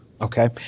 Okay